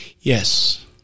Yes